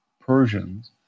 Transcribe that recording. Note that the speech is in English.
Persians